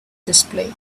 display